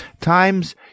Times